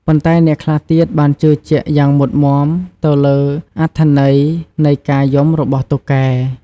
ប៉ុន្តែអ្នកខ្លះទៀតបានជឿជាក់យ៉ាងមុតមាំទៅលើអត្ថន័យនៃការយំរបស់តុកែ។